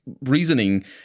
reasoning